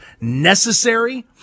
necessary